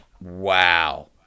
wow